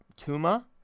Tuma